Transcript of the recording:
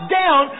down